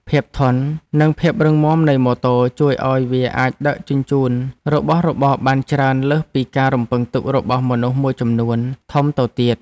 ភាពធន់និងភាពរឹងមាំនៃម៉ូតូជួយឱ្យវាអាចដឹកជញ្ជូនរបស់របរបានច្រើនលើសពីការរំពឹងទុករបស់មនុស្សមួយចំនួនធំទៅទៀត។